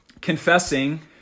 confessing